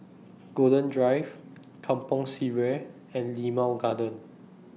Golden Drive Kampong Sireh and Limau Garden